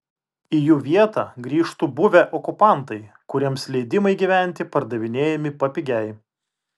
į jų vietą grįžtų buvę okupantai kuriems leidimai gyventi pardavinėjami papigiai